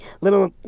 little